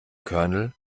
kernel